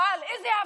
אבל אילו הפגנות?